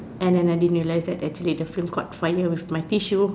and then I didn't realize that actually the flame caught fire with my tissue